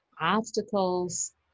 Obstacles